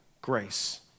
Grace